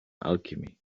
alchemy